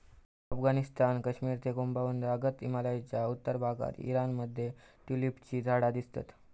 अफगणिस्तान, कश्मिर ते कुँमाउ तागत हिमलयाच्या उत्तर भागात ईराण मध्ये ट्युलिपची झाडा दिसतत